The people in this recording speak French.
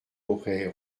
aurais